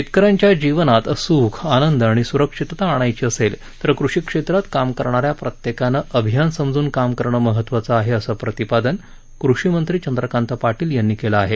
शेतकऱ्यांच्या जीवनात सुख आनंद आणि सुरक्षितता आणायची असेल तर कृषी क्षेत्रात काम करणाऱ्या प्रत्येकानं अभियान समजून काम करणं महत्वाचं आहे असं प्रतिपादन कृषीमंत्री चंद्रकांत पाटील यांनी केलं आहे